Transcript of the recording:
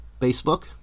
Facebook